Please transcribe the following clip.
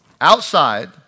outside